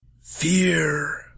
Fear